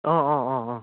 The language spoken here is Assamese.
অঁ অঁ অঁ অঁ